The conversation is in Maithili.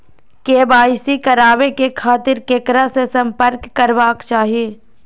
के.वाई.सी कराबे के खातिर ककरा से संपर्क करबाक चाही?